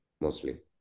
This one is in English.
mostly